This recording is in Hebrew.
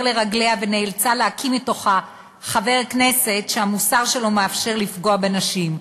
לרגליה ונאלצה להקיא מתוכה חבר כנסת שהמוסר שלו מאפשר לפגוע בנשים,